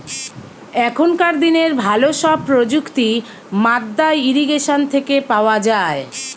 এখনকার দিনের ভালো সব প্রযুক্তি মাদ্দা ইরিগেশন থেকে পাওয়া যায়